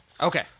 Okay